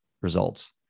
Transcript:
results